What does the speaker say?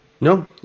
No